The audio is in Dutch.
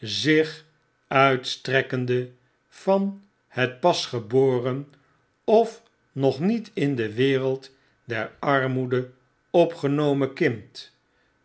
zich uitstrekkende van het pas geboren of nog niet in de wereld der armoede opgenomen kind